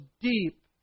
deep